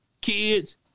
Kids